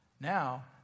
Now